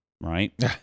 right